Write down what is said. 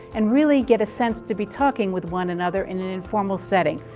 and really get a sense to be talking with one another, in an informal setting.